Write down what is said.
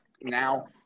Now